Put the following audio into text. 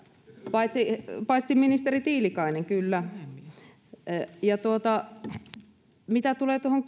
paitsi paitsi ministeri tiilikainen kyllä mitä tulee tuohon